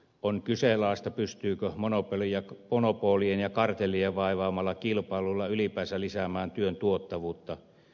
on kyseenalaista pystyykö monopolien ja kartellien vaivaamalla kilpailulla ylipäänsä lisäämään työn tuottavuutta